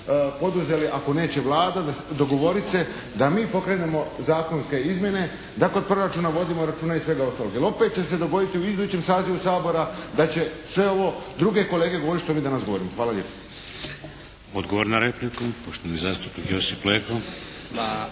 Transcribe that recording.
poduzeli ako neće Vlada dogovorit se da mi pokrenemo zakonske izmjene da kod proračuna vodimo računa i svega ostalog. Jer opet će se dogoditi u idućem sazivu Sabora da će sve ovo druge kolege govoriti što mi danas govorimo. Hvala lijepo. **Šeks, Vladimir (HDZ)** Odgovor na repliku, poštovani zastupnik Josip Leko.